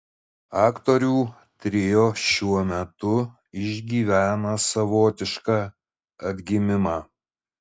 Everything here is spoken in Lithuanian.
aktorių trio šiuo metu išgyvena savotišką atgimimą